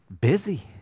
busy